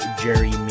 Jerry